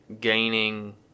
gaining